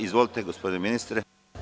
Izvolite gospodine ministre.